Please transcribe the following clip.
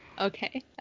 okay